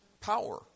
power